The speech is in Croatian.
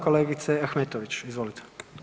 Kolegica Ahmetović izvolite.